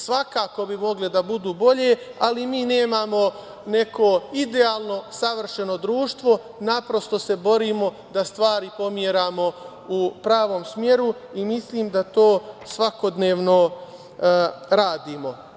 Svakako bi mogle da budu bolje, ali mi nemamo neko idealno savršeno društvo, naprosto se borimo da stvari pomeramo u pravom smeru i mislim da to svakodnevno radimo.